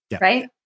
right